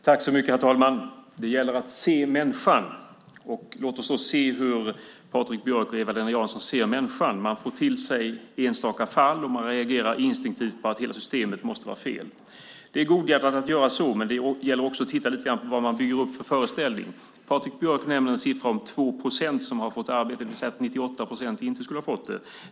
Herr talman! Det gäller att se människan. Låt oss då se hur Patrik Björck och Eva-Lena Jansson ser människan. Man får till sig enstaka fall och reagerar instinktivt med att hela systemet måste vara fel. Det är godhjärtat att göra så, men det gäller också att titta lite grann på vad man bygger upp för föreställningar. Patrik Björck nämnde en siffra om 2 procent som har fått arbete, det vill säga att 98 procent inte skulle ha fått det.